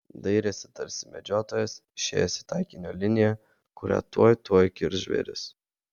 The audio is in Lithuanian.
dairėsi tarsi medžiotojas išėjęs į taikinio liniją kurią tuoj tuoj kirs žvėris